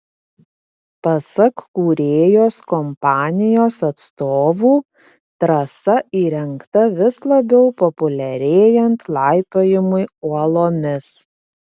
pasak kūrėjos kompanijos atstovų trasa įrengta vis labiau populiarėjant laipiojimui uolomis